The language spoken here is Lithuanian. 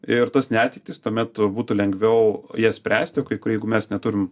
ir tas neatektis tuomet būtų lengviau jas spręsti o kai kur jeigu mes neturim